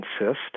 insist